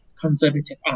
conservative